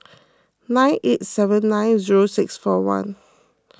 nine eight seven nine zero six four one